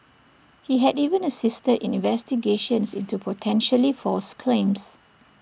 he had even assisted in investigations into potentially false claims